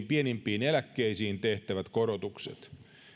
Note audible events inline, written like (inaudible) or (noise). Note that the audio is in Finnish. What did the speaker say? (unintelligible) pienimpiin eläkkeisiin tehtävät korotukset